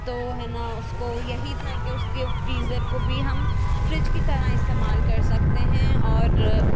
تو ہے نا اس کو یہی تھا کہ اس کے فریزر کو بھی ہم فریج کی طرح استعمال کر سکتے ہیں اور